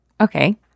okay